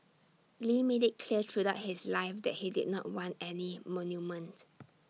lee made IT clear throughout his life that he did not want any monuments